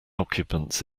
occupants